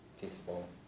peaceful